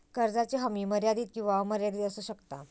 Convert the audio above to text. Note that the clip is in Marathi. कर्जाची हमी मर्यादित किंवा अमर्यादित असू शकता